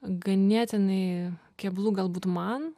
ganėtinai keblu galbūt man